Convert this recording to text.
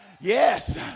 Yes